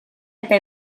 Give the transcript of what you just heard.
eta